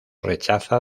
rechaza